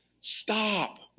Stop